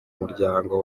muryango